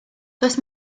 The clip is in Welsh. does